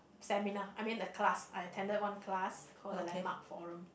seminar I mean the class I attended one class call the landmark forum